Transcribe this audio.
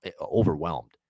overwhelmed